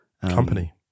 Company